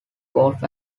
golf